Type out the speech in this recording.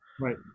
Right